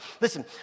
Listen